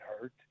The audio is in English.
hurt